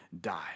die